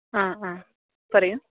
ആ ആ പറയു